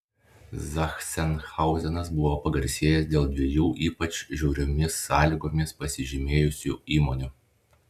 zachsenhauzenas buvo pagarsėjęs dėl dviejų ypač žiauriomis sąlygomis pasižymėjusių įmonių